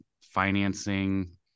financing